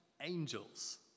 angels